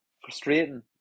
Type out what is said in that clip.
frustrating